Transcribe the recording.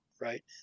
right